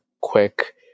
quick